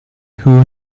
who